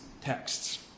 texts